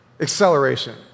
acceleration